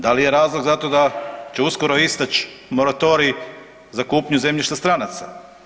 Da li je razlog za to da će uskoro isteći moratorij za kupnju zemljišta stranaca?